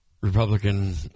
Republican